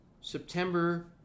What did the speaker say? September